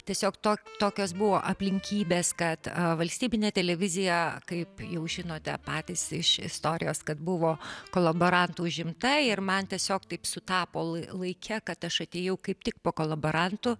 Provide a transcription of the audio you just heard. tiesiog to tokios buvo aplinkybės kad valstybinė televizija kaip jau žinote patys iš istorijos kad buvo kolaborantų užimta ir man tiesiog taip sutapo laike kad aš atėjau kaip tik po kolaborantų